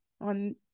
on